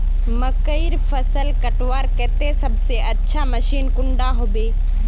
मकईर फसल कटवार केते सबसे अच्छा मशीन कुंडा होबे?